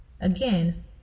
Again